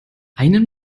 einen